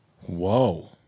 Whoa